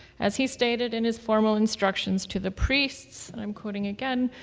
as he stated in his formal instructions to the priests, i'm quoting again,